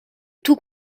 tout